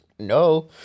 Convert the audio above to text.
no